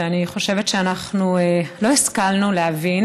ואני חושבת שאנחנו לא השכלנו להבין